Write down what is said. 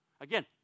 Again